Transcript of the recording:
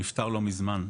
שנפטר לא מזמן.